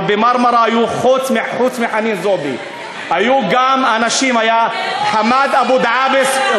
אבל ב"מרמרה" חוץ מחנין זועבי היו גם אנשים: היה חמאד אבו דעאבס,